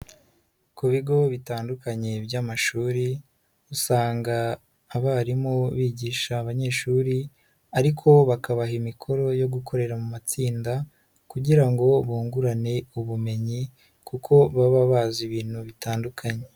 Ku bigo bitandukanye by'amashuri, usanga abarimu bigisha abanyeshuri ariko bakabaha imikoro yo gukorera mu matsinda kugira ngo bungurane ubumenyi kuko baba bazi ibintu bitandukanye.